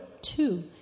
two